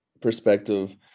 perspective